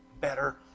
better